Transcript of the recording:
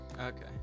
Okay